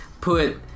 Put